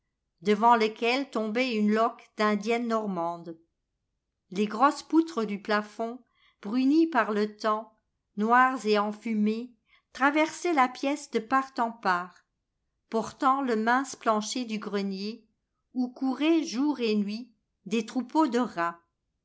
devant lequel tombait une loque d'indienne normande les grosses poutres du plafond brunies par le temps noires et enfumées traversaient la pièce de part en part portant le mince plancher du grenier où couraient jour et nuit des troupeaux de rats